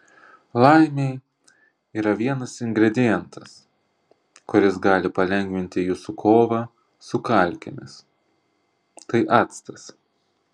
laimei yra vienas ingredientas kuris gali palengvinti jūsų kovą su kalkėmis tai actas